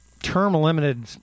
term-limited